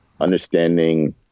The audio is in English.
understanding